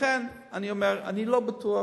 אני אומר, אני לא בטוח,